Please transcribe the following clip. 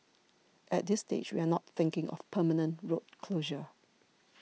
at this stage we are not thinking of permanent road closure